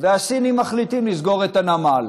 והסינים מחליטים לסגור את הנמל.